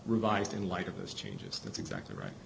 revised in light of those changes that's exactly right